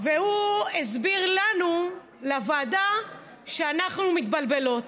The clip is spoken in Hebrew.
והוא הסביר לנו, לוועדה, שאנחנו מתבלבלות,